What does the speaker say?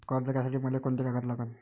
कर्ज घ्यासाठी मले कोंते कागद लागन?